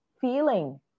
feeling